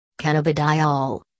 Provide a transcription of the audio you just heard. Cannabidiol